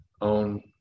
own